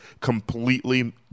completely